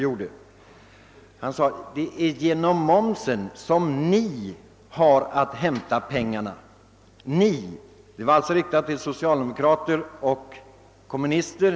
Jag hoppas att det kommer att stå så i riksdagens protokoll. Detta >ni> var alltså riktat till socialdemokrater och kommunister.